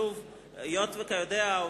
היות שכידוע,